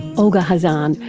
olga khazan,